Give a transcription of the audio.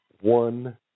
one